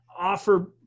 offer